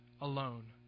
alone